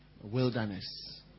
Wilderness